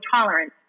tolerance